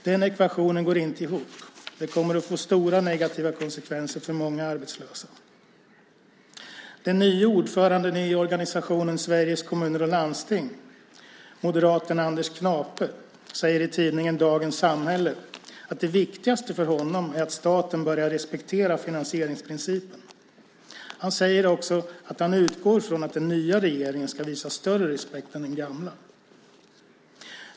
Den ekvationen går inte ihop, vilket kommer att innebära stora negativa konsekvenser för många arbetslösa. Den nye ordföranden i organisationen Sveriges Kommuner och Landsting, moderaten Anders Knape, säger i tidningen Dagens Samhälle att det viktigaste för honom är att staten börjar respektera finansieringsprincipen. Han säger också att han utgår från att den nya regeringen ska visa större respekt än den gamla.